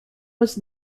was